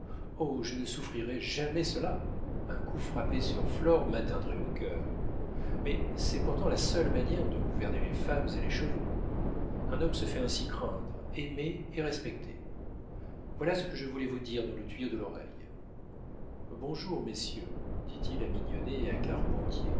oh je ne souffrirai jamais cela un coup frappé sur flore m'atteindrait au cœur mais c'est pourtant la seule manière de gouverner les femmes et les chevaux un homme se fait ainsi craindre aimer et respecter voilà ce que je voulais vous dire dans le tuyau de l'oreille bonjour messieurs dit-il à mignonnet et à